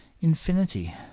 infinity